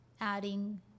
adding